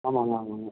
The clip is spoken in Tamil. ஆமாங்க ஆமாங்க